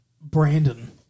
Brandon